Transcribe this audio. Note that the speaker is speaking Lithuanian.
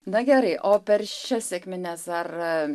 na gerai o per šias sekmines ar